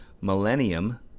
millennium